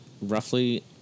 roughly